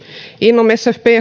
inom